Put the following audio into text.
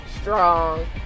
strong